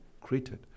created